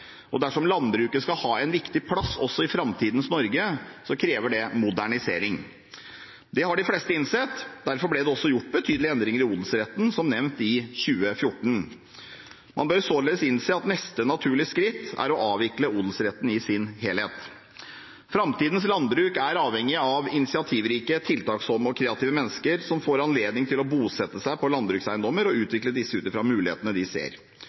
Dersom landbruket skal ha en viktig plass også i framtidens Norge, krever det modernisering. Det har de fleste innsett, derfor ble det også, som nevnt, gjort betydelige endringer i odelsretten i 2014. Man bør således innse at neste naturlige skritt er å avvikle odelsretten i sin helhet. Framtidens landbruk er avhengig av initiativrike, tiltaksomme og kreative mennesker som får anledning til å bosette seg på landbrukseiendommer og utvikle disse ut fra mulighetene de ser.